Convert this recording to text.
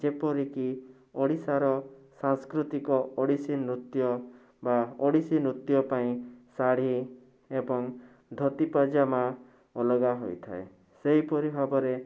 ଯେପରିକି ଓଡ଼ିଶାର ସାଂସ୍କୃତିକ ଓଡ଼ିଶୀ ନୃତ୍ୟ ବା ଓଡ଼ିଶୀ ନୃତ୍ୟ ପାଇଁ ଶାଢ଼ୀ ଏବଂ ଧୋତି ପାଇଜାମା ଅଲଗା ହୋଇଥାଏ ସେହିପରି ଭାବରେ